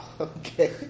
okay